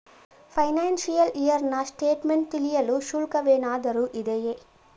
Financial year ನ statement ತಿಳಿಯಲು ಶುಲ್ಕವೇನಾದರೂ ಇದೆಯೇ?